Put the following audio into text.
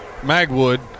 Magwood